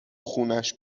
خونش